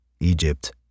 Egypt